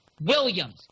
Williams